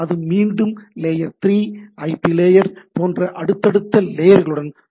அது மீண்டும் layer 3 IP layer போன்ற அடுத்தடுத்த லேயர்களுடன் தொடர்பு கொள்கின்றது